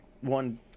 one